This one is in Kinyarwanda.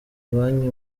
banki